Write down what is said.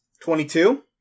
Twenty-two